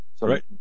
right